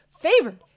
favored